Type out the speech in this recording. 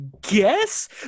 guess